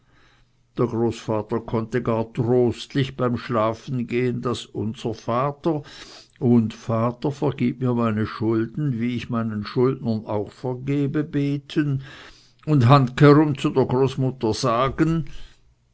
der großvater konnte gar trostlich beim schlafengehen das unser vater und vater vergib mir meine schulden wie ich meinen schuldnern auch vergebe beten und handkehrum zu der großmutter sagen